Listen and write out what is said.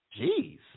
Jeez